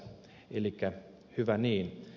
elikkä hyvä niin